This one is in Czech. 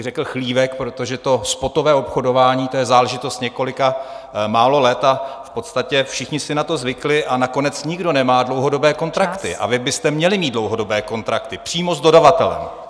Řekl bych chlívek, protože to spotové obchodování, to je záležitost několika málo let, v podstatě všichni si na to zvykli a nakonec nikdo nemá dlouhodobé kontrakty a vy byste měli mít dlouhodobé kontrakty přímo s dodavatelem.